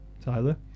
Tyler